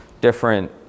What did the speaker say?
different